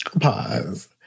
Pause